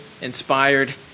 inspired